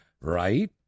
right